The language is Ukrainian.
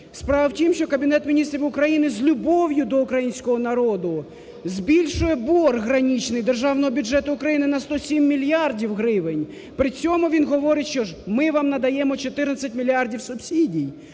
Справа в тім, що Кабінет міністрів України з любов'ю до українського народу збільшує борг граничний державного бюджету України на 107 мільярдів гривень, при цьому він говорить, що ми вам надаємо 14 мільярдів субсидій,